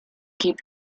keep